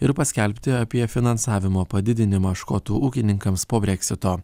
ir paskelbti apie finansavimo padidinimą škotų ūkininkams po breksito